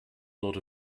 lot